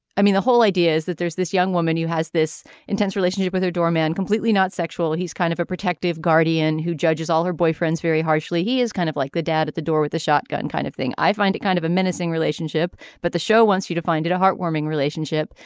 i mean the whole idea is that there's this young woman who has this intense relationship with her doorman completely not sexual. he's kind of a protective guardian who judges all her boyfriends very harshly. he is kind of like the dad at the door with a shotgun kind of thing. i find it kind of a menacing relationship. but the show wants you to find it a heartwarming relationship.